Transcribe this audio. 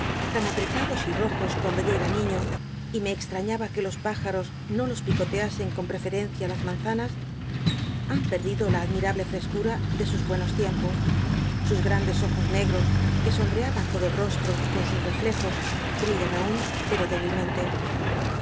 tan apretados y rojos cuando yo era niño y me extrañaba que los páj aros no los pi coteasen con preferencia á las manzanas han perdido la admirable frescura ele sus buenos tiempos sus grandes ojos negros que sombreaban to do el roslro con sus reflejos brillan aun pco